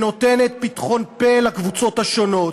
שנותנת פתחון-פה לקבוצות השונות.